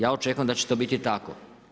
Ja očekujem da će to biti tako.